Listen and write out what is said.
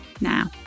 Now